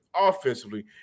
offensively